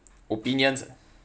opinions ah